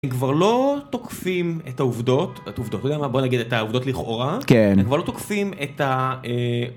כבר לא תוקפים את העובדות, בא נגיד את העובדות לכאורה כן כבר לא תוקפים את ה.